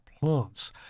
plants